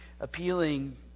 appealing